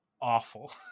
awful